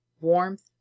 warmth